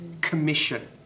commission